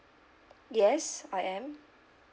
yes I am